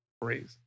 crazy